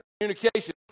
Communication